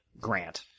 Grant